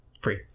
free